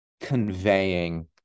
conveying